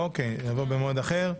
אוקיי, יבוא במועד אחר.